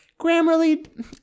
Grammarly